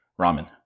Ramen